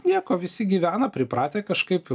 nieko visi gyvena pripratę kažkaip